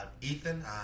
Ethan